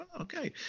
okay